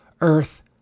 Earth